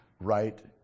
right